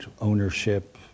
ownership